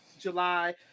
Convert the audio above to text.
July